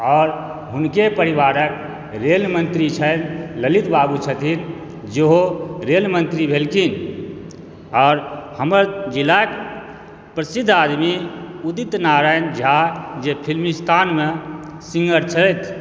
और हुनके परिवारक रेल मन्त्री छथि ललित बाबू छथिन जेहो रेल मन्त्री भेलखिन और हमर जिलाक प्रसिद्ध आदमी उदित नारायण झा जे फिल्मिस्तानमे सिङ्गर छथि